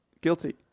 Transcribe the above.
Guilty